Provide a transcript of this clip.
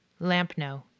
Lampno